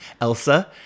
Elsa